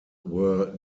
were